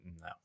No